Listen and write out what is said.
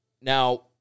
Now